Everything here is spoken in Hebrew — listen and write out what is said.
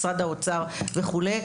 משרד האוצר וכולי,